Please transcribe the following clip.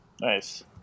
nice